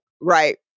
Right